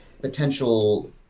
potential